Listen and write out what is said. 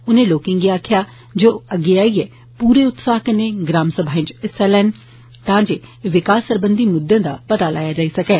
उनें लोकें गी आक्खेया जे ओह अग्गै आईए पूरे उत्साह कन्नै ग्राम सभाएं इच हिस्सा लैन तां जे विकास सरबंधी म्द्वेदा पता लाया जाई सकै